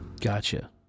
Gotcha